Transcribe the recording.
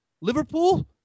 Liverpool